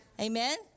Amen